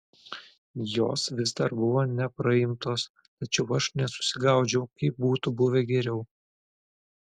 jos vis dar buvo nepraimtos tačiau aš nesusigaudžiau kaip būtų buvę geriau